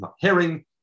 herring